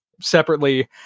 separately